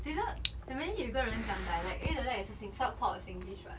they don't imagine 有一个人讲 dialect 因为 dialect 也是 part of singlish [what]